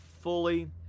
fully